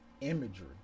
imagery